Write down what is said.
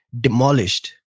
demolished